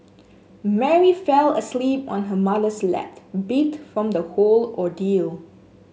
Mary fell asleep on her mother's lap beat from the whole ordeal